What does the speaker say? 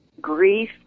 grief